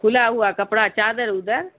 کھلا ہوا کپڑا چادر اودر